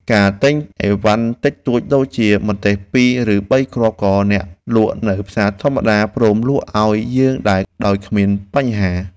ការទិញអីវ៉ាន់តិចតួចដូចជាម្ទេសពីរឬបីគ្រាប់ក៏អ្នកលក់នៅផ្សារធម្មតាព្រមលក់ឱ្យយើងដែរដោយគ្មានបញ្ហា។